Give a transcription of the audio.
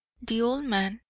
the old man,